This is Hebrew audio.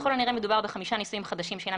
ככל הנראה מדובר בחמישה ניסויים חדשים שאינם